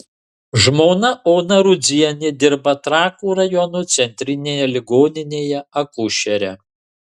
žmona ona rudzienė dirba trakų rajono centrinėje ligoninėje akušere